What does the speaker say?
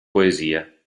poesie